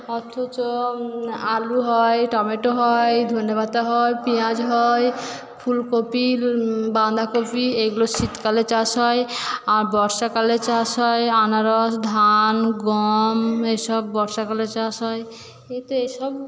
অথচ আলু হয় টমেটো হয় ধনেপাতা হয় পেঁয়াজ হয় ফুলকপি বাঁধাকপি এগুলো শীতকালে চাষ হয় আর বর্ষাকালে চাষ হয় আনারস ধান গম এসব বর্ষাকালে চাষ হয় এইতো এসব চাষ হয়